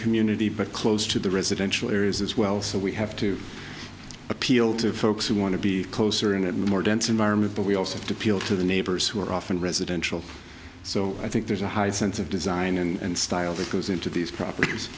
community but close to the residential areas as well so we have to appeal to folks who want to be closer in and more dense environment but we also have to peel to the neighbors who are often residential so i think there's a high sense of design and style that goes into these properties